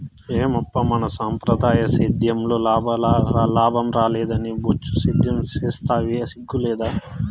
ఏమప్పా మన సంప్రదాయ సేద్యంలో లాభం రాలేదని బొచ్చు సేద్యం సేస్తివా సిగ్గు లేదూ